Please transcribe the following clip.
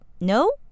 No